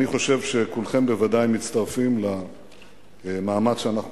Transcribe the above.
אני חושב שכולכם בוודאי מצטרפים למאמץ שאנחנו